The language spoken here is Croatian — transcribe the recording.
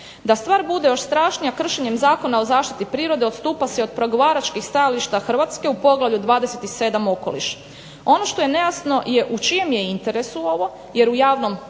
Da stvar bude još strašnija kršenjem Zakona o zaštiti prirode odstupa se i od pregovaračkih stajališta Hrvatske u poglavlju 27. – Okoliš. Ono što je nejasno je u čijem je interesu ovo jer u javnom